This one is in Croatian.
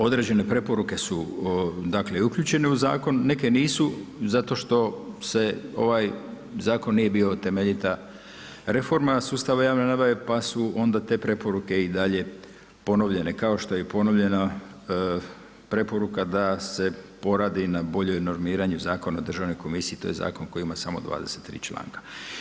Određene preporuke su uključene u zakon, neke nisu zato što ovaj zakon nije bio temeljita reforma sustava javne nabave, pa su onda te preporuke i dalje ponovljene, kao što je i ponovljena preporuka da se poradi na boljoj normiranu Zakona o Državnoj komisiji, to je zakon koji ima samo 23. članka.